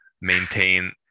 maintain